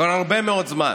כבר הרבה מאוד זמן.